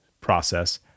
process